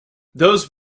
those